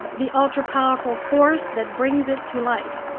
the ultra powerful force that brings it to life.